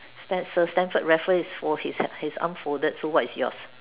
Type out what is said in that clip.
Stam~ sir Stamford Raffles is fold his his arm folded so what is yours